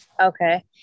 Okay